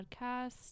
podcast